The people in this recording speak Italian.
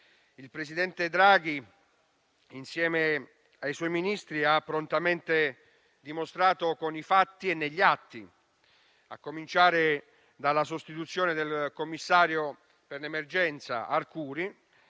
il presidente Draghi, insieme ai suoi Ministri, ha prontamente dimostrato con i fatti e negli atti, a cominciare dalla sostituzione del commissario per l'emergenza Arcuri